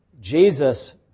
Jesus